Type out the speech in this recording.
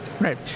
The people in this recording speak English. Right